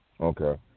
Okay